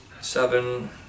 seven